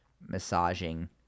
massaging